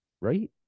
right